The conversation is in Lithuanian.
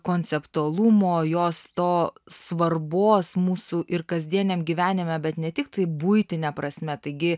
konceptualumo jos to svarbos mūsų ir kasdieniam gyvenime bet ne tiktai buitine prasme taigi